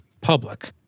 public